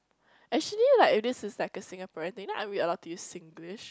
actually like if this is like a Singaporean thing then aren't we allowed to use Singlish